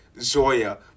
zoya